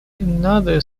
another